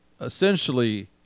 essentially